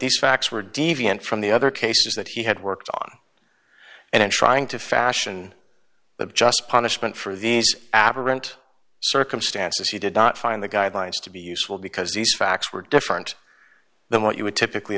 these facts were deviant from the other cases that he had worked on and in trying to fashion but just punishment for these aberrant circumstances he did not find the guidelines to be useful because these facts were different than what you would typically